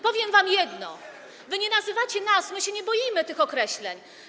Powiem wam jedno: wy nie nazywacie nas, my się nie boimy tych określeń.